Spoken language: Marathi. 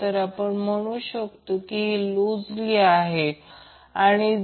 तर आणि हे RC आहे हे XC आहे आणि हे XL XL JL ω आणि XC jω C आहे